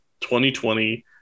2020